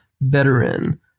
veteran